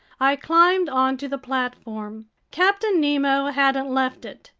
i climbed onto the platform. captain nemo hadn't left it.